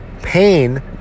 Pain